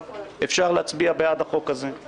אפשר להצביע בעד החוק הזה ,